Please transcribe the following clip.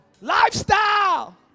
Lifestyle